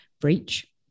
breach